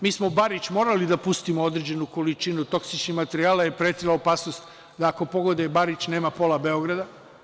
Mi smo u Barič morali da pustimo određenu količinu toksičnih materijala, jer je pretila opasnost da ako pogode Barič nema pola Beograda.